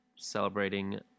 celebrating